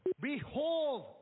Behold